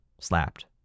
slapped